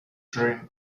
drank